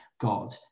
God